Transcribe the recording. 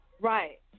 Right